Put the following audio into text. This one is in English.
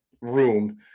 room